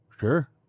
Sure